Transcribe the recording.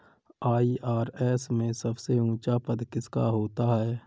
IRS में सबसे ऊंचा पद किसका होता है?